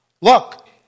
look